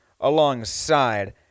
alongside